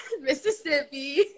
Mississippi